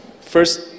First